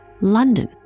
London